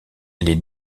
les